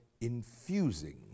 infusing